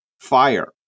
fire